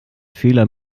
fehler